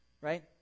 right